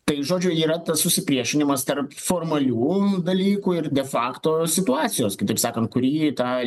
tai žodžiu yra tas susipriešinimas tarp formalių dalykų ir de fakto situacijos kitaip sakant kuri ta